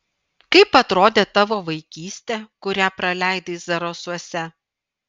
kaip atrodė tavo vaikystė kurią praleidai zarasuose